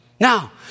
Now